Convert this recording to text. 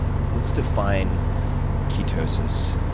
let's define ketosis.